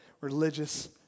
religious